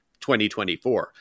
2024